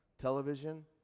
television